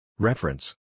Reference